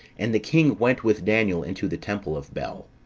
and the king went with daniel into the temple of bel.